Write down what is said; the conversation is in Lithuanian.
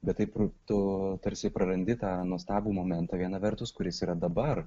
bet taip tu tarsi prarandi tą nuostabų momentą viena vertus kuris yra dabar